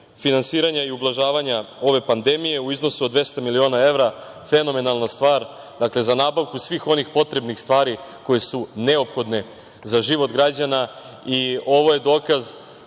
i ublažavanja ove pandemije u iznosu od 200 miliona evra. Fenomenalna stvar. Dakle, za nabavku svih onih potrebnih stvari koje su neophodne za život građana. Ovo je dokaz